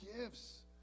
gifts